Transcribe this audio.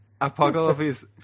Apocalypse